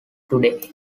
today